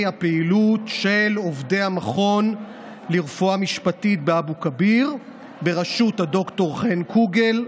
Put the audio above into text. הפעילות של עובדי המכון לרפואה משפטית באבו כביר בראשות הד"ר חן קוגל,